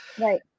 Right